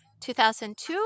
2002